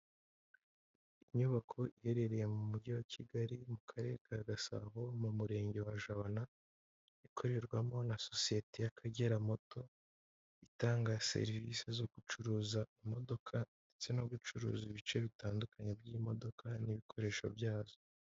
Inyubako iherereye mu mujyi wa Kigali mu karere ka Gasabo mu murenge wa Jabana, ikorerwamo na sosiyete y'Akagera moto, itanga serivisi zo gucuruza imodoka ndetse no gucuruza ibice bitandukanye by'imodoka n'ibikoresho byazo.